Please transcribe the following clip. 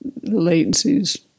latencies